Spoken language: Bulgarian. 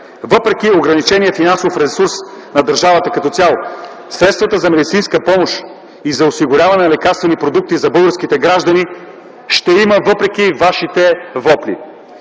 Въпреки ограничения финансов ресурс на държавата като цяло, средствата за медицинска помощ и за осигуряване на лекарствени продукти, ще има за българските граждани, въпреки вашите вопли.